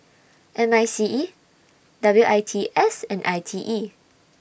M I C E W I T S and I T E